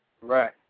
Right